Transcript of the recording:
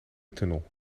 tunnel